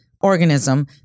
organism